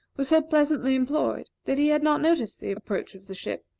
was so pleasantly employed that he had not noticed the approach of the ship.